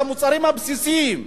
את המוצרים הבסיסיים,